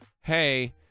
hey –